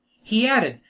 he added,